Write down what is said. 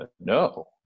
no